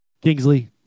Kingsley